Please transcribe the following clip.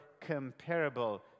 comparable